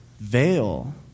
veil